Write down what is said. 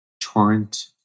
Torrent